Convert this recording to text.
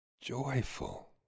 joyful